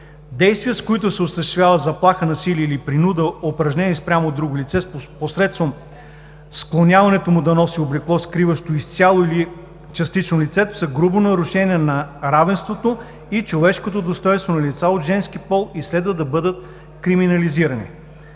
Действия, с които се осъществява заплаха, насилие или принуда, упражнени спрямо друго лице посредством склоняването му да носи облекло, скриващо изцяло или частично лицето, са грубо нарушение на равенството и човешкото достойнство на лица от женски пол и следва да бъдат криминализирани.